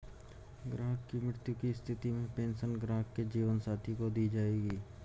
ग्राहक की मृत्यु की स्थिति में पेंशन ग्राहक के जीवन साथी को दी जायेगी